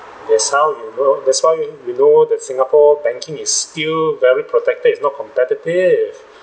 that's how you know that's why you know that singapore banking is still very protective not competitive